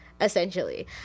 essentially